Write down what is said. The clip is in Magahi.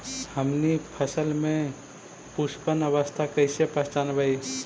हमनी फसल में पुष्पन अवस्था कईसे पहचनबई?